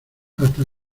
hasta